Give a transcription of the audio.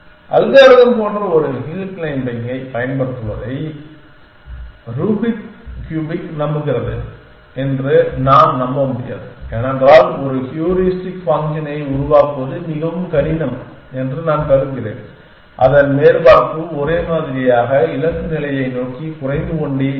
algorithm போன்ற ஒரு hill க்ளைம்பிங்கைப் பயன்படுத்துவதை ரூப்ரிக் க்யூபிக் நம்புகிறது என்று நான் நம்ப முடியாது ஏனென்றால் ஒரு ஹூரிஸ்டிக் ஃபங்க்ஷனை உருவாக்குவது மிகவும் கடினம் என்று நான் கருதுகிறேன் அதன் மேற்பரப்பு ஒரே மாதிரியாக இலக்கு நிலையை நோக்கி குறைந்து கொண்டே இருக்கும்